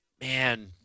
Man